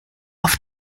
auf